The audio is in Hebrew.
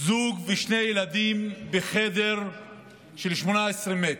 זוג ושני ילדים, בחדר של 18 מטר,